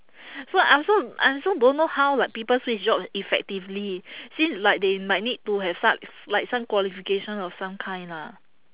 so I also I also don't know how like people switch job effectively since like they might need to have suc~ like some qualification of some kind lah